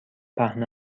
پهن